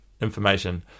information